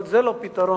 אבל זה לא פתרון.